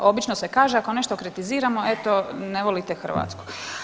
Obično se kaže ako nešto kritiziramo, eto ne volite Hrvatsku.